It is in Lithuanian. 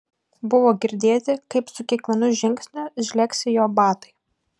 buvo girdėti kaip su kiekvienu žingsniu žlegsi jo batai